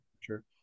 Sure